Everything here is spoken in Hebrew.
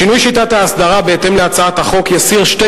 שינוי שיטת ההסדרה בהתאם להצעת החוק יסיר שתי